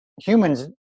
humans